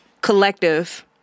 collective